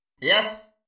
Yes